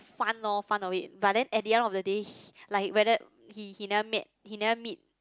fun lor fun of it but then at the end of the day like he he never met he never meet